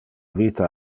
vita